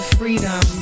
freedom